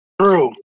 True